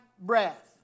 breath